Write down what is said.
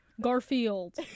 Garfield